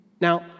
Now